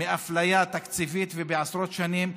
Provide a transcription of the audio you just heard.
מאפליה תקציבית כבר עשרות שנים.